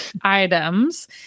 items